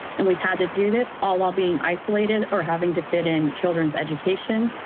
and we've had to do this all while being isolated or having to fit in children's education,